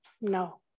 no